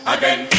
Again